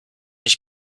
ich